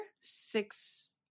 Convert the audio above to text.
six